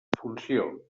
funció